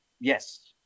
Yes